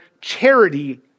charity